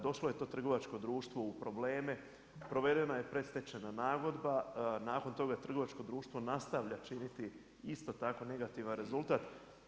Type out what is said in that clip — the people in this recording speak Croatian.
Došlo je to trgovačko društvo u probleme, provedena je predstečajna nagodba, nakon toga trgovačko društvo nastavlja činiti isto tako negativan rezultat.